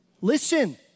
Listen